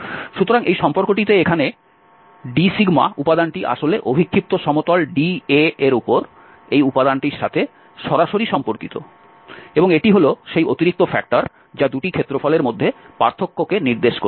সুতরাং এই সম্পর্কটিতে এখানে d উপাদানটি আসলে অভিক্ষিপ্ত সমতল dA এর উপর এই উপাদানটির সাথে সরাসরি সম্পর্কিত এবং এটি হল সেই অতিরিক্ত ফ্যাক্টর যা দুটি ক্ষেত্রফলের মধ্যে পার্থক্যকে নির্দেশ করবে